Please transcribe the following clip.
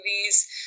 movies